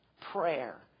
Prayer